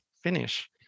finish